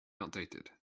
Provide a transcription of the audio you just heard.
outdated